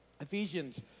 Ephesians